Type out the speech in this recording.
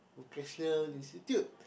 Christian Institute